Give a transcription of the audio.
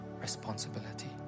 responsibility